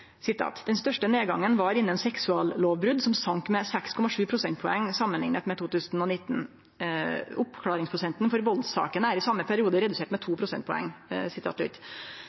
største nedgangen var innen seksuallovbrudd som sank med 6,7 prosentpoeng sammenlignet med 2019. Oppklaringsprosenten for voldssakene er i samme periode redusert med 2 prosentpoeng.»